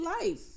life